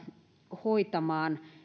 hoitamaan